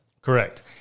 Correct